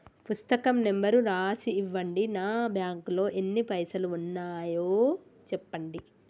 పుస్తకం నెంబరు రాసి ఇవ్వండి? నా బ్యాంకు లో ఎన్ని పైసలు ఉన్నాయో చెప్పండి?